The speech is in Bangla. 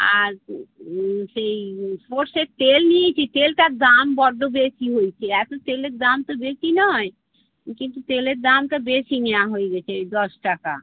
আর সেই সর্ষের তেল নিয়েছি তেলটার দাম বড্ড বেশি হয়েছে এত তেলের দাম তো বেশি নয় কিন্তু তেলের দামটা বেশি নেওয়া হয়ে গেছে দশ টাকা